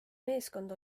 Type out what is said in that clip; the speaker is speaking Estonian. meeskond